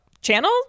channel